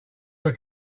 were